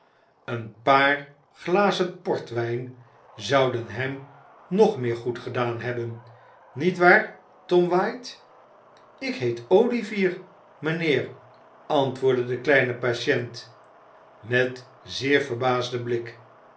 een paar glazen portwijn zouden hem nog meer goedgedaan hebben niet waar tom white ik heet olivier mijnheer antwoordde de kleine patiënt met zeer verbaasden blik